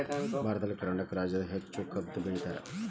ಭಾರತದಲ್ಲಿ ಕರ್ನಾಟಕ ರಾಜ್ಯದಾಗ ಹೆಚ್ಚ ಕಬ್ಬ್ ಬೆಳಿತಾರ